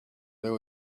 there